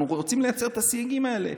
אנחנו רוצים לייצר את הסייגים האלה.